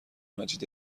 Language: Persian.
مجید